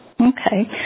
Okay